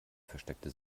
versteckte